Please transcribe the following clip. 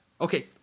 Okay